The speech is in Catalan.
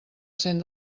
cent